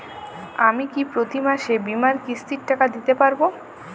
আমি কি প্রতি মাসে বীমার কিস্তির টাকা দিতে পারবো?